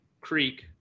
creek